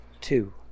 Two